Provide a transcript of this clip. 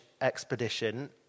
expedition